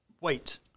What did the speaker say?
wait